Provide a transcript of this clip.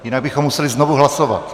Jinak bychom museli znovu hlasovat.